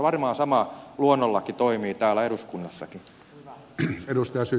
varmaan sama luonnonlaki toimii täällä eduskunnassakin